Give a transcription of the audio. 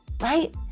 right